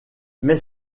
mais